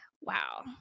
wow